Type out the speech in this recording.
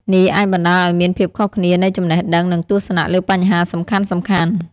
នេះអាចបណ្តាលឱ្យមានភាពខុសគ្នានៃចំណេះដឹង និងទស្សនៈលើបញ្ហាសំខាន់ៗ។